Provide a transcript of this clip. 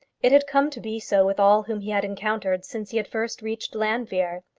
it had come to be so with all whom he had encountered since he had first reached llanfeare.